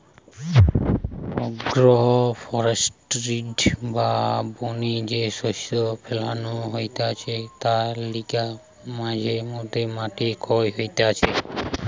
agro forestry বা বনে যে শস্য ফোলানো হতিছে তার লিগে মাঝে মধ্যে মাটি ক্ষয় হতিছে